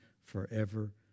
forever